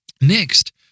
Next